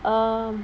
um